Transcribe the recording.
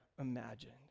imagined